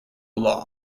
law